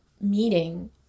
meeting